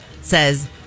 says